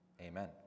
Amen